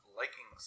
liking